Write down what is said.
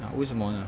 ah 为什么呢